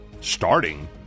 starting